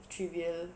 trivial